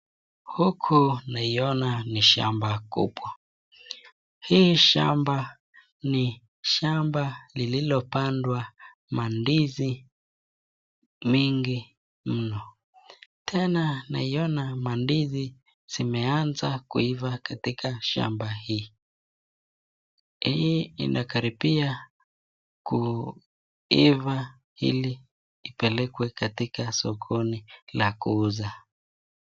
Huku naiona ni shamba kubwa. Hii shamba ni shamba lililopandwa mandizi mingi mno. Tena naiona mandizi zimeanza kuiva katika shamba hii, hii inakaribia kuiva ili ipelekwe katika sokoni la kuuza.